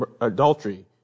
adultery